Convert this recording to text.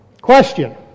question